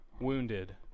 wounded